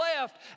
left